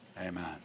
Amen